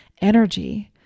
energy